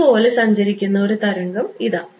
ഇതുപോലെ സഞ്ചരിക്കുന്ന ഒരു തരംഗം ഇതാ